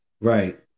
Right